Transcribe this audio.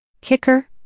Kicker